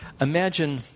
Imagine